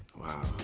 wow